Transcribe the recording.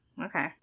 Okay